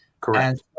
correct